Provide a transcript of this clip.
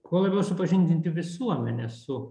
kuo labiau supažindinti visuomenę su